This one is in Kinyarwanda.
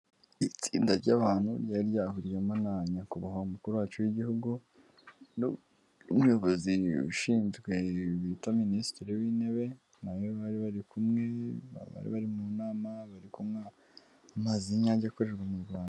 Itsinda ry'abantu, ryari ryahuriyemo na nyakubahwa mukuru wacu w'igihugu, n'umuyobozi ushinzwe, bita minisitiri w'intebe, nawe bari bari kumwe, bari mu nama, bari kumwe bari kunywa amazi y'inyange ikorerwa mu Rwanda.